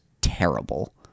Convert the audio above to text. terrible